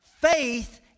faith